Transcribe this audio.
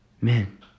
man